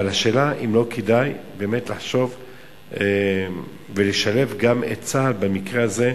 אבל השאלה היא אם לא כדאי באמת לחשוב ולשלב גם את צה"ל במקרה הזה,